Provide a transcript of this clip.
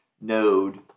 node